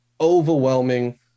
overwhelming